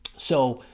so